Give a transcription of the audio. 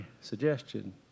suggestion